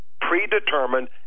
predetermined